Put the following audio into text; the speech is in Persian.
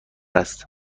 است